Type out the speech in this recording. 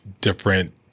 different